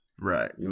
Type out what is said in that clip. right